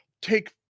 take